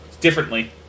Differently